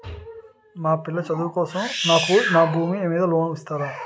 మా పిల్లల చదువు కోసం నాకు నా భూమి మీద లోన్ ఇస్తారా?